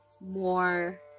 more